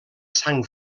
sang